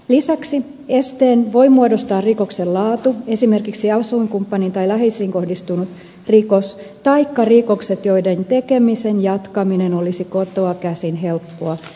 lisäksi esteen voi muodostaa rikoksen laatu esimerkiksi asuinkumppaniin tai läheisiin kohdistunut rikos taikka rikokset joiden tekemisen jatkaminen olisi kotoa käsin helppoa